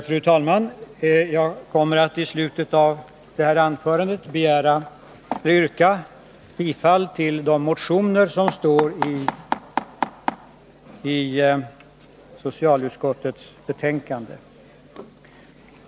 Fru talman! I slutet av det här anförandet kommer jag att yrka bifall till de motioner som behandlas i socialutskottets betänkande nr 1.